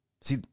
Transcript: See